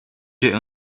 der